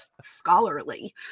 scholarly